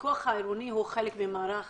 הפיקוח העירוני הוא חלק מהמערך